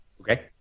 Okay